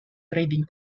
trading